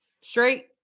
Straight